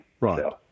Right